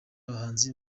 abahanzi